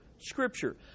Scripture